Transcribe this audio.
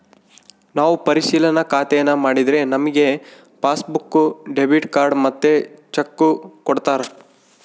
ನಾವು ಪರಿಶಿಲನಾ ಖಾತೇನಾ ಮಾಡಿದ್ರೆ ನಮಿಗೆ ಪಾಸ್ಬುಕ್ಕು, ಡೆಬಿಟ್ ಕಾರ್ಡ್ ಮತ್ತೆ ಚೆಕ್ಕು ಕೊಡ್ತಾರ